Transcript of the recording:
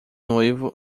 noivo